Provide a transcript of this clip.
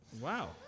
Wow